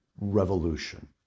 revolution